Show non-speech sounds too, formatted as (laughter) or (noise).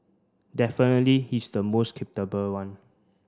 definitely he's the most (unintelligible) one